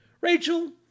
Rachel